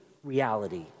Reality